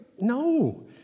No